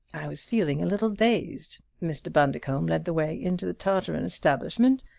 i was feeling a little dazed. mr. bundercombe led the way into the tarteran establishment,